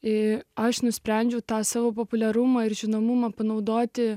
į aš nusprendžiau tą savo populiarumą ir žinomumą panaudoti